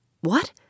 What